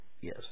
Yes